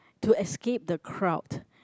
to escape the crowd